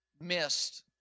missed